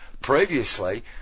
previously